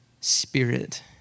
spirit